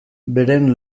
beren